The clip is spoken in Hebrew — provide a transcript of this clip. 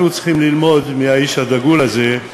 אנחנו צריכים ללמוד מהאיש הדגול הזה,